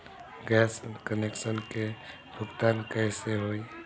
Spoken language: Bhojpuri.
गैस कनेक्शन के भुगतान कैसे होइ?